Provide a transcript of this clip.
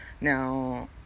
Now